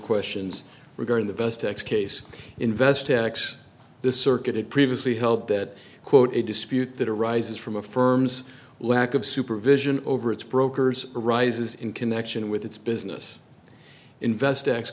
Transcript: questions regarding the best tax case invest tax this circuit had previously held that quote a dispute that arises from a firm's lack of supervision over its brokers arises in connection with its business invest